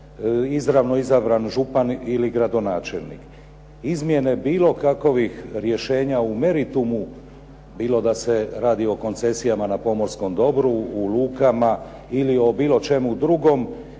Izmjene bilo kakovih rješenja u meritumu bilo da se radi o koncesijama na pomorskom dobru, u lukama, ili o bilo čemu drugome,